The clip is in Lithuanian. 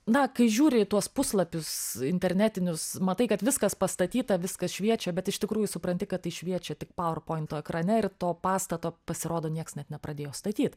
na kai žiūri į tuos puslapius internetinius matai kad viskas pastatyta viskas šviečia bet iš tikrųjų supranti kad tai šviečia tik power pointo ekrane ir to pastato pasirodo nieks net nepradėjo statyt